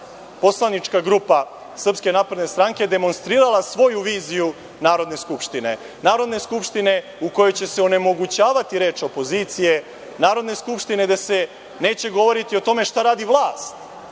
poslanička grupa SNS demonstrirala svoju viziju Narodne skupštine, Narodne skupštine u kojoj će se onemogućavati reč opozicije Narodne skupštine, gde se neće govoriti o tome šta radi vlast,